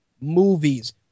movies